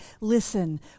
listen